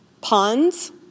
ponds